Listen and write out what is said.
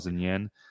yen